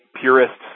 purists